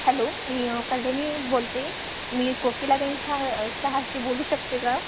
hello मी कल्यानी बोलते मी कोकिलाबेन श शहाशी बोलू शकते का